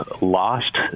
lost